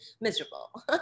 miserable